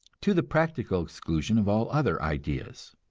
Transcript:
to the practical exclusion of all other ideas.